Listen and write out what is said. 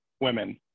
women